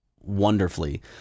wonderfully